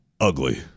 ugly